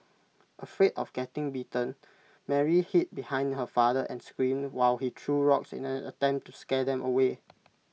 afraid of getting bitten Mary hid behind her father and screamed while he threw rocks in an attempt to scare them away